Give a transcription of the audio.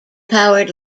powered